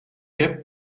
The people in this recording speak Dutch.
heb